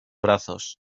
brazos